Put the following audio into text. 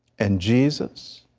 and jesus,